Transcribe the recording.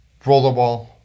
rollerball